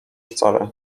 wcale